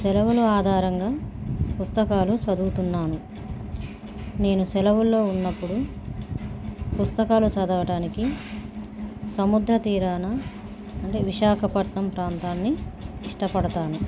సెలవులు ఆధారంగా పుస్తకాలు చదువుతున్నాను నేను సెలవుల్లో ఉన్నప్పుడు పుస్తకాలు చదవటానికి సముద్ర తీరాన అంటే విశాఖపట్నం ప్రాంతాన్ని ఇష్టపడతాను